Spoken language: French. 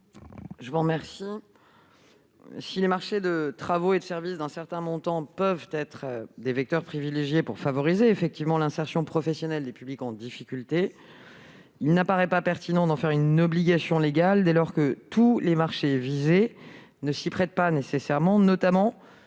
du Gouvernement ? Si les marchés de travaux et de services d'un certain montant peuvent être des vecteurs privilégiés pour favoriser l'insertion professionnelle des publics en difficulté, il ne paraît pas pertinent d'en faire une obligation légale. Tous les marchés visés ne s'y prêtent pas nécessairement, notamment